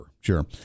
Sure